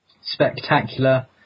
spectacular